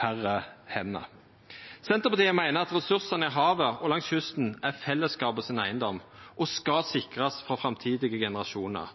færre hender. Senterpartiet meiner at ressursane i havet og langs kysten er fellesskapet sin eigedom og skal sikrast for framtidige generasjonar.